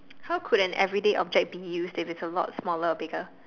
how could an everyday object be use if there's a lot smaller or bigger